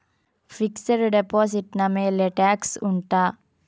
fixed deposit ನ ಮೇಲೆ tax ಉಂಟಾ